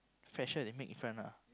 frseh one they make in front ah